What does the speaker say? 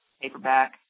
paperback